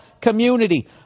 Community